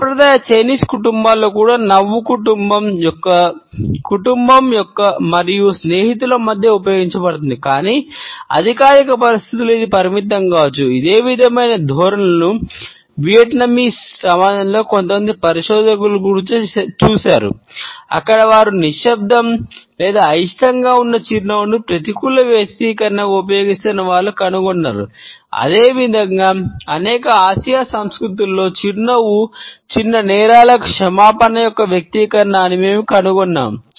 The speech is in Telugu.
సాంప్రదాయ చైనీస్ సంస్కృతులలో చిరునవ్వు చిన్న నేరాలకు క్షమాపణ యొక్క వ్యక్తీకరణ అని మేము కనుగొన్నాము